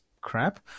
crap